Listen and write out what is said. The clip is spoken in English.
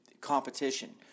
competition